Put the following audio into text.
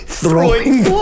Throwing